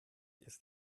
ist